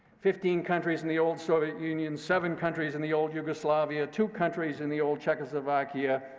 fifteen countries in the old soviet union, seven countries in the old yugoslavia, two countries in the old czechoslovakia.